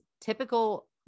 typical